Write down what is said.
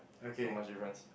not much difference